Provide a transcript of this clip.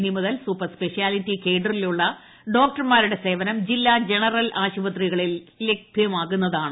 ഇനിമു തൽ super speciality കേഡറിലുള്ള ഡോക്ടർമാരുടെ ജനറൽ സേവനം ജില്ലാ ആശുപത്രികളിൽ ലഭൃമാകുന്നതാണ്